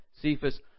Cephas